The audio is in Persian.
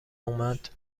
اومد